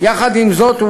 יחד עם זאת,